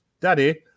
Daddy